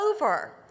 over